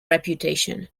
reputation